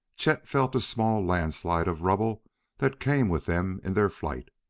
chet felt a small landslide of rubble that came with them in their flight.